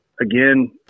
again